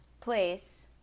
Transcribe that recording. place